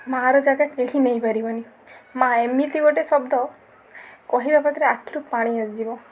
ମାଆର ଜାଗା କେହି ନେଇ ପାରିବେନି ମାଆ ଏମିତି ଗୋଟେ ଶବ୍ଦ କହିବା କତୁରୁ ଆଖିରୁ ପାଣି ଆସଯିବ